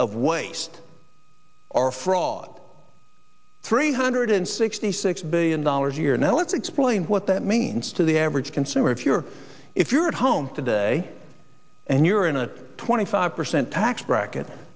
of waste or fraud three hundred sixty six billion dollars here now let's explain what that means to the average consumer if you're if you're at home today and you're in a twenty five percent tax bracket